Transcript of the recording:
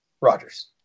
rogers